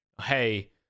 hey